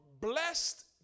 blessed